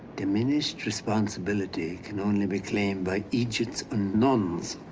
diminished responsibility can only be claimed by idiots and nuns.